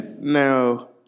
Now